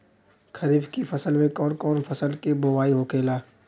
खरीफ की फसल में कौन कौन फसल के बोवाई होखेला?